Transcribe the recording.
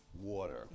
water